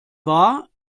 war